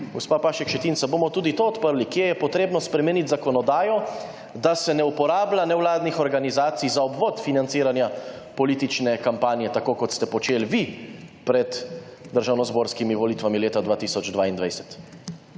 Gospa Pašek Šetinc ali bomo tudi to odprli kje je potrebno spremeniti zakonodajo, da se ne uporablja nevladnih organizacij za obvod financiranja politične kampanje, tako kot ste počeli vi pred državnozborskimi volitvami leta 2022.